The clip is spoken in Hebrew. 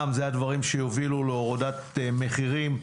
היא מן הדברים שיובילו להורדת מחירים.